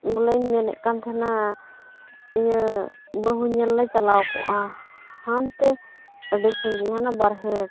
ᱵᱚᱞᱮᱧ ᱢᱮᱱᱮᱫ ᱠᱟᱱ ᱛᱟᱦᱮᱱᱟ ᱤᱭᱟᱹ ᱵᱟᱹᱦᱩ ᱧᱮᱞ ᱞᱮ ᱪᱟᱞᱟᱣ ᱠᱚᱜᱼᱟ ᱦᱟᱱᱛᱮ ᱟᱹᱰᱤ ᱥᱟᱺᱜᱤᱧ ᱦᱟᱱᱟ ᱵᱟᱦᱨᱮ